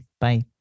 Bye